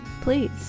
Please